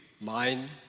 Mind